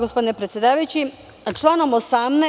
Gospodine predsedavajući, članom 18.